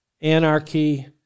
Anarchy